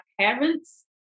parents